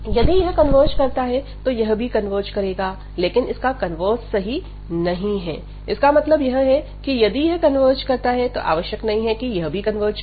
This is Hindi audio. यदि यह कन्वर्ज करता है तो यह भी कन्वर्ज करेगा लेकिन इसका कन्वर्स सही नहीं है इसका मतलब यह है कि यदि यह कन्वर्ज करता है तो आवश्यक नहीं की यह कन्वर्ज करें